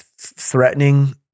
threatening